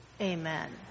Amen